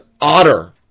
Otter